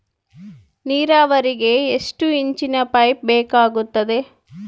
ನೇರಾವರಿಗೆ ಎಷ್ಟು ಇಂಚಿನ ಪೈಪ್ ಬೇಕಾಗುತ್ತದೆ?